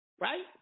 Right